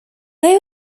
they